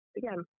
again